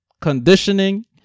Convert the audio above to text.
Conditioning